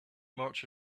march